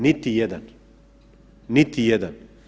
Niti jedan, niti jedan.